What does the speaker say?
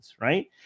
right